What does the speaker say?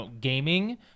gaming